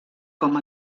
com